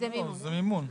זה מימון.